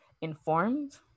informed